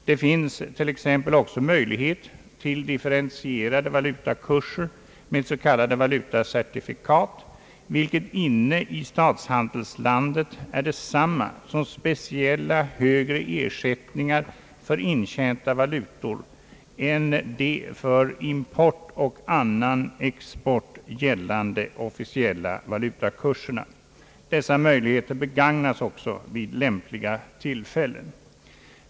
Det finns t.ex. också möiligheter till differentierade valutakurser med s.k. valutacertifikat, vilket inne i statshandelslandet är detsamma som speciella högre ersättningar för intjänta valutor än de för import och annan export gällande officiella valutakurserna. Dessa möjligheter begagnas också vid lämpliga tillfällen.